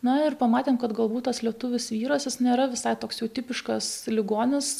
na ir pamatėm kad galbūt tas lietuvis vyras jis nėra visai toks jau tipiškas ligonis